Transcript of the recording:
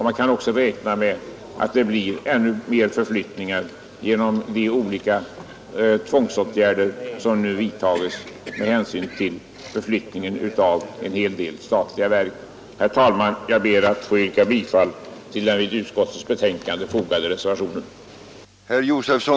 Man kan också räkna med att det blir ännu fler förflyttningar genom de olika tvångsåtgärder som vidtas i samband med förflyttning av en hel del statliga verk. Herr talman! Jag ber att få yrka bifall till den vid utskottsbetänkandet fogade reservationen.